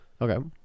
Okay